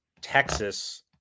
Texas